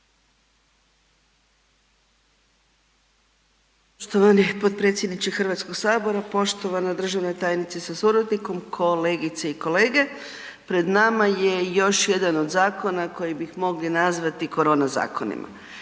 Poštovani potpredsjedniče HS-a, poštovana državna tajnice sa suradnikom, kolegice i kolege. Pred nama je još jedan od zakona koje bi mogli nazvati korona zakonom.